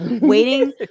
waiting